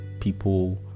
people